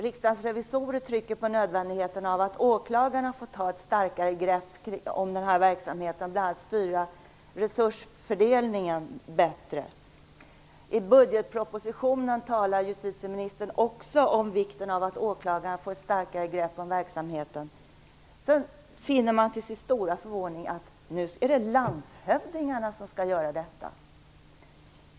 Riksdagens revisorer trycker på nödvändigheten av att åklagarna tar ett starkare grepp om denna verksamhet, bl.a. för att styra resursfördelningen bättre. I budgetpropositionen framhåller justitieministern likaledes om vikten av att åklagaren får ett starkare grepp om verksamheten. Till sin stora förvåning finner man att det nu är landshövdingarna som skall göra detta.